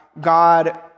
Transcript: God